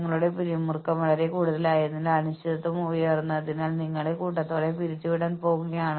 ഇത് നിങ്ങളുടെ മുന്നിൽ തൂങ്ങിക്കിടക്കുന്ന ഒരു കാരറ്റ് ആണെന്ന് പുറത്ത് നിങ്ങൾക്കറിയാം നിങ്ങൾ ആ കാരറ്റിന് പിന്നാലെ ഓടുകയാണ്